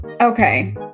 Okay